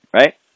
Right